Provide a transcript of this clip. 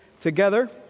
together